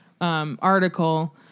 article